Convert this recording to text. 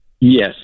Yes